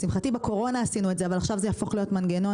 לשמחתי בקורונה עשינו את זה אבל עכשיו זה יהפוך להיות מנגנון